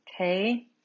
okay